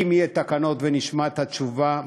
אם יהיו תקנות ונשמע את התשובה,